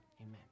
Amen